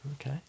Okay